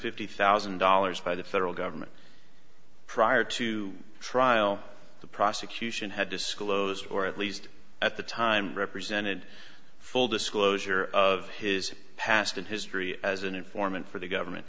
fifty thousand dollars by the federal government prior to trial the prosecution had disclosed or at least at the time represented full disclosure of his past history as an informant for the government